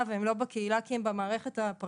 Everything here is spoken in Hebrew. והם לא בקהילה כי הם במערכת הפרטית